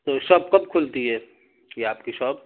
تو شاپ کب کھلتی ہے یہ آپ کی شاپ